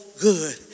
good